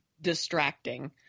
distracting